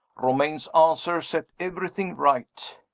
romayne's answer set everything right.